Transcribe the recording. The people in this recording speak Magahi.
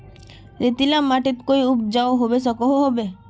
रेतीला माटित कोई उपजाऊ होबे सकोहो होबे?